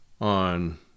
on